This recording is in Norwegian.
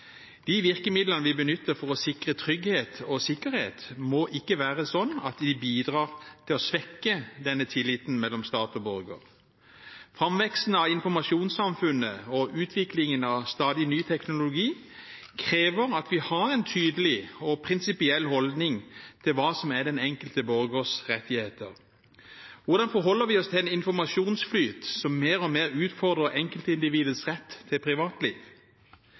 borger. Framveksten av informasjonssamfunnet og utviklingen av stadig ny teknologi krever at vi har en tydelig og prinsipiell holdning til hva som er den enkelte borgers rettigheter. Hvordan forholder vi oss til en informasjonsflyt som mer og mer utfordrer enkeltindividets rett til privatliv?